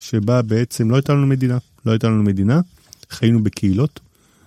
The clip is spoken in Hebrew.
שבה בעצם לא הייתה לנו מדינה, לא הייתה לנו מדינה, חיינו בקהילות.